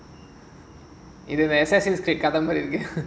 இது கதை மாதிரி இருக்கு:idhu kadhai maadhiri irukku